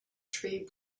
tree